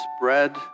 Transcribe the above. bread